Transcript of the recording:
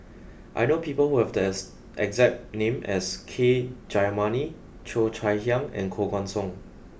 I know people who have there's exact name as K Jayamani Cheo Chai Hiang and Koh Guan Song